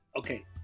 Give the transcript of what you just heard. Okay